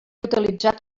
utilitzat